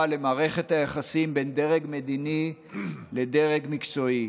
למערכת היחסים בין דרג מדיני לדרג מקצועי